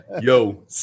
yo